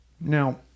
now